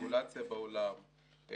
רגולציה בעולם,